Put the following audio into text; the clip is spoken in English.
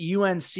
UNC